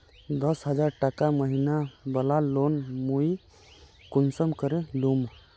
दस हजार टका महीना बला लोन मुई कुंसम करे लूम?